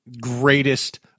greatest